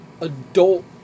adult